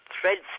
threads